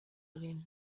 egin